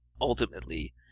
ultimately